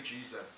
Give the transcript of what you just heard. Jesus